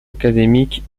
académique